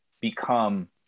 become